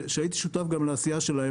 שהייתי שותף גם לעשייה שלהם,